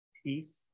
peace